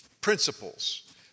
principles